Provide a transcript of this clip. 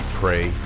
pray